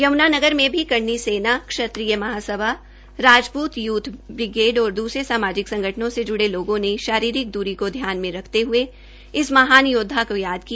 यमुनानगर में भी Karni Sena Kshatriya Mahasabha Rajput youth brigade और दूसरे सामाजिक संगठनों से जुडे लोगों ने शारीरिक दुरी को ध्यान में रखते हए इस महान योद्वा को याद किया